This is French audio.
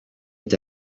est